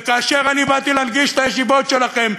וכאשר אני באתי להנגיש את הישיבות שלכם,